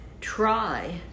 try